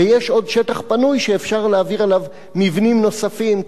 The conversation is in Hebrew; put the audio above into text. ויש עוד שטח פנוי שאפשר להעביר אליו מבנים נוספים,